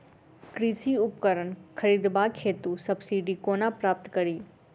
कृषि उपकरण खरीदबाक हेतु सब्सिडी कोना प्राप्त कड़ी?